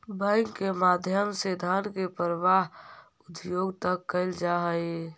bank के माध्यम से धन के प्रवाह उद्योग तक कैल जा हइ